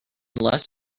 less